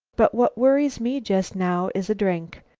but what worries me just now is a drink.